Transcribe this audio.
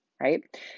right